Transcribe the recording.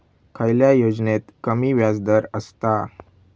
खयल्या योजनेत कमी व्याजदर असता?